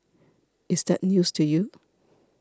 is that news to you